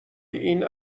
این